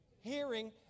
hearing